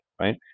right